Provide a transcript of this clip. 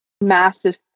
massive